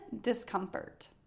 discomfort